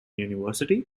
university